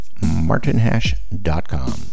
martinhash.com